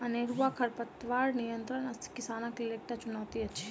अनेरूआ खरपातक नियंत्रण किसानक लेल एकटा चुनौती अछि